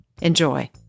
Enjoy